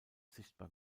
sichtbar